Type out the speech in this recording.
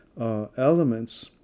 elements